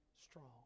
strong